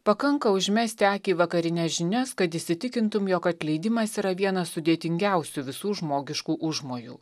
pakanka užmesti akį į vakarines žinias kad įsitikintumei jog atleidimas yra vienas sudėtingiausių visų žmogiškų užmojų